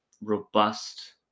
robust